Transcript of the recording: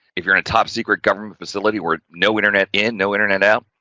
if you're in a top-secret government facility where no internet in, no internet out.